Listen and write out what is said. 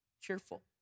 cheerful